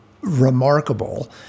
remarkable